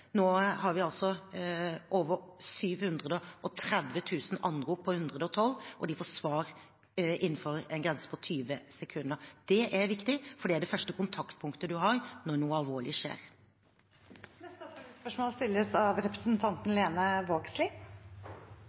Nå har vi over 730 000 anrop på 112, hvor de får svar innenfor en grense på 20 sekunder. Det er viktig, for det er det første kontaktpunktet en har når noe alvorlig skjer. Lene Vågslid – til oppfølgingsspørsmål. Det var nødvendig med ei politireform. Så er me ueinige om gjennomføringa av